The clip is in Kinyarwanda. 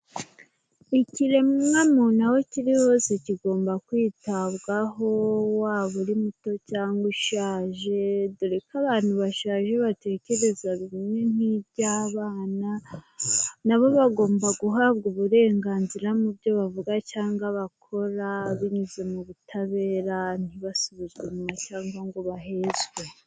Ikiremwa muntu aho kiri hose kigomba kwitabwaho waba uri muto cyangwa ushaje, dore ko abantu bashaje batekereza bimwe nk'iby'abana. Nabo bagomba guhabwa uburenganzira mu byo bavuga cyangwa bakora binyuze mu butabera ntibasubizwe inyuma cyangwa ngo bahezwe.